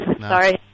sorry